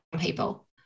people